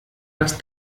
das